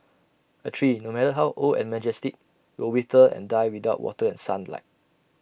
A tree no matter how old and majestic will wither and die without water and sunlight